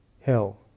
hell